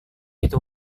itu